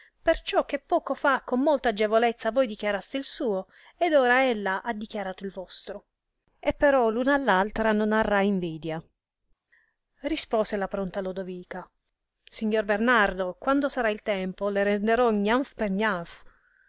schiacciata perciò che poco fa con molta agevolezza voi dichiaraste il suo ed ora ella ha dichiarato il vostro e però l una all altra non arra invidia rispose la pronta lodovica signor bernardo quando sarà il tempo le renderò gnanf per